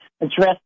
address